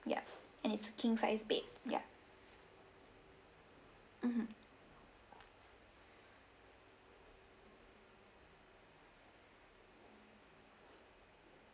ya and it's king size bed ya mmhmm